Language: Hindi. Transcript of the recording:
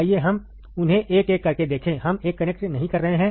आइए हम उन्हें एक एक करके देखें हम 1 कनेक्ट नहीं कर रहे हैं